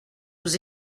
nous